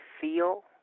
feel